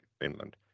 Finland